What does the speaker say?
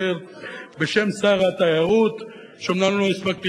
כלומר ההצעה,